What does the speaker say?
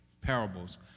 parables